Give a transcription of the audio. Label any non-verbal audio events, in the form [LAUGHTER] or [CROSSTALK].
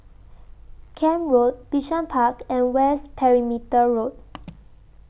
Camp Road Bishan Park and West Perimeter Road [NOISE]